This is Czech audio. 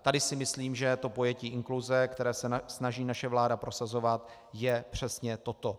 Tady si myslím, že pojetí inkluze, které se snaží naše vláda prosazovat, je přesně toto.